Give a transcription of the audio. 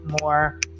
more